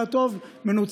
במקרה הטוב.